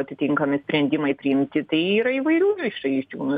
atitinkami sprendimai priimti tai yra įvairių išeičių nu